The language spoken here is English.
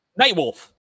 Nightwolf